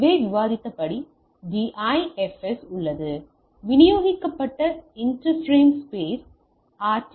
எனவே விவாதித்தபடி டிஐஎஃப்எஸ் உள்ளது விநியோகிக்கப்பட்ட இன்டர்ஃப்ரேம் ஸ்பேஸ் ஆர்